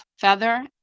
Feather